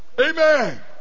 Amen